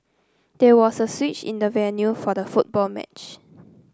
there was a switch in the venue for the football match